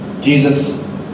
Jesus